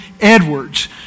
Edwards